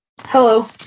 hello